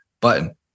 button